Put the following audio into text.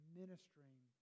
ministering